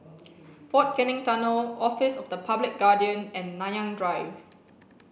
Fort Canning Tunnel Office of the Public Guardian and Nanyang Drive